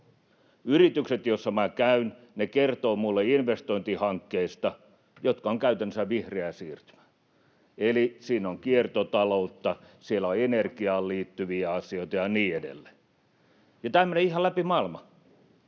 Yritykset, joissa minä käyn, kertovat minulle investointihankkeista, jotka ovat käytännössä vihreää siirtymää, eli siinä on kiertotaloutta, siellä on energiaan liittyviä asioita ja niin edelleen. Tämä menee ihan läpi maailman.